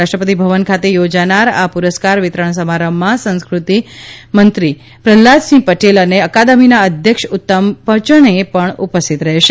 રાષ્ટ્રપતિ ભવન ખાતે યોજાનારા આ પુરસ્કાર વિતરણ સમારંભમાં સંસ્કૃતિ મંત્રી પ્રહલાદસીંહ પટેલ અને અકાદમીના અધ્યક્ષ ઉત્તમ પચર્ણે પણ ઉપસ્થિત રહેશે